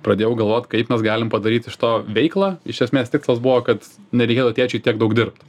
pradėjau galvot kaip mes galim padaryt iš to veiklą iš esmės tikslas buvo kad nereikėtų tėčiui tiek daug dirbt